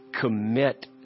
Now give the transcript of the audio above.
commit